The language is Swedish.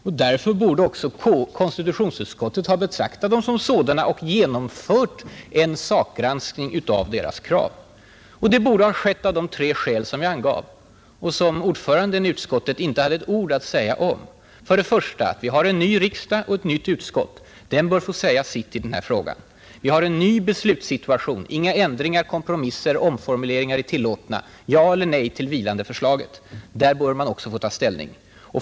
Men därför borde också konstitutionsutskottet ha betraktat dem som berättigade och genomfört en sakgranskning av deras krav. Och det borde ha skett av de tre skäl som jag angav och som utskottets ordförande inte hade ett ord att säga om. Vi har för det första nu en ny riksdag och ett nytt utskott. De bör få säga sitt i denna fråga. För det andra har vi nu en ny beslutssituation, där inga ändringar, kompromisser eller omformuleringar är tillåtna, utan man skall säga ja eller nej till det vilande förslaget. Där bör utskottet få ta ställning.